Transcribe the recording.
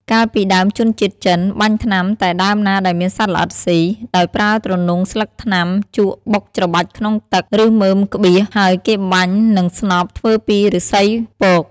កាលពីដើមជនជាតិចិន បាញ់ថ្នាំតែដើមណាដែលមានសត្វល្អិតស៊ី ដោយប្រើទ្រនុងស្លឹកថ្នាំជក់បុកច្របាច់ក្នុង ទឹក ឬមើមក្បៀស ហើយគេបាញ់នឹងស្នប់ធ្វើពីឫស្សីពក។